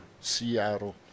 Seattle